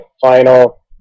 final